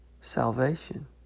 salvation